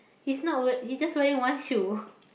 he's not wear he's just wearing one shoe